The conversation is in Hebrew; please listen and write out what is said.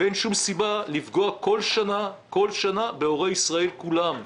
אין שום סיבה לפגוע כל שנה בהורי ישראל כולם.